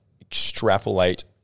extrapolate